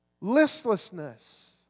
Listlessness